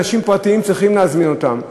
אנשים פרטיים צריכים להזמין אותם,